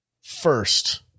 first